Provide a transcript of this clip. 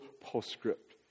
postscript